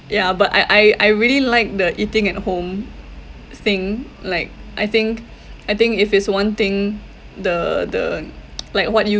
ya but I I I really like the eating at home thing like I think I think if it's one thing the the like what